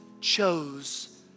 chose